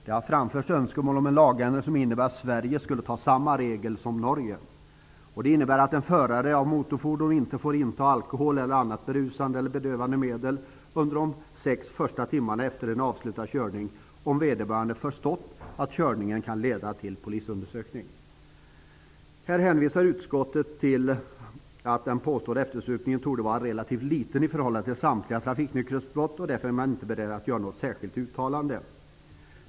Det har framförts önskemål om en lagändring som innebär att Sverige skulle anta samma regel som Norge. Den innebär att en förare av motorfordon inte får inta alkohol eller annat berusande eller bedövande medel under de sex första timmarna efter en avslutad körning, om vederbörande förstått att körningen kan leda till polisundersökning. Här hänvisar utskottet till att den påstådda eftersupningen torde vara relativt liten i förhållande till samtliga trafiknykterhetsbrott, och därför är man inte beredd att göra något särskilt uttalande.